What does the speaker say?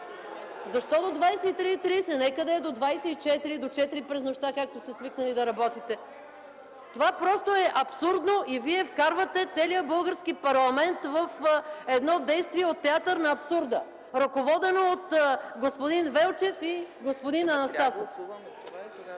Защо до 23,30 ч., нека да е до 24,00 ч., до 4 ч. през нощта, както сте свикнали да работите?! Това просто е абсурдно и Вие вкарвате целия български парламент в едно действие от театър на абсурда, ръководено от господин Велчев и господин Анастасов.